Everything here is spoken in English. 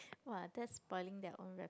!wah! that's spoiling they own rep~